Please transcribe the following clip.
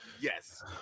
Yes